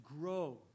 grow